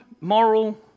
moral